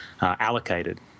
allocated